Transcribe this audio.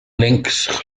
links